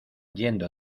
yendo